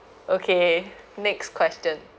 okay next question